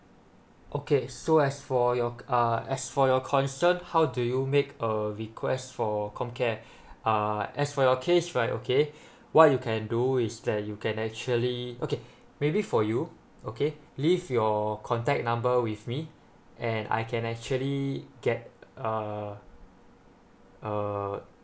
okay so as for your uh as for your concern how do you make a request for COMCARE uh as for your case right okay what you can do is that you can actually okay maybe for you okay leave your contact number with me and I can actually get uh uh